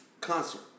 concert